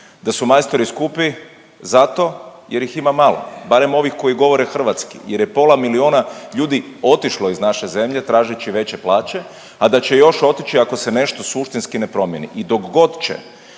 Da su majstori skupi zato jer ih ima malo, barem ovih koji govore hrvatski jer je pola miliona ljudi otišlo iz naše zemlje tražeći veće plaće, a da će još otići ako se nešto suštinski ne promijeni.